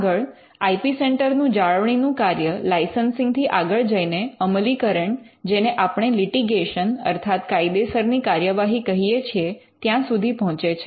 આગળ I P centre નું જાળવણીનું કાર્ય લાઇસન્સિંગ થી આગળ જઈને અમલીકરણ જેને આપણે લિટિગેશન અર્થાત કાયદેસરની કાર્યવાહી કહીએ છીએ ત્યાં સુધી પહોંચે છે